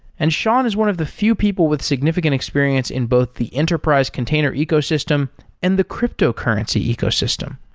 and sean is one of the few people with significant experience in both the enterprise container ecosystem and the cryptocurrency ecosystem.